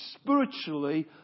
spiritually